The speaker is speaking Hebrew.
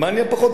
פחות או יותר,